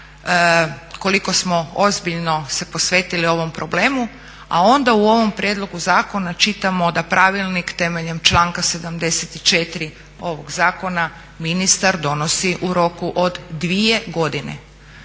koliko smo ozbiljno se posvetili ovom problemu, a onda u ovom prijedlogu zakona čitamo da pravilnik temeljem članka 74. ovog Zakona ministar donosi u roku od 2 godine.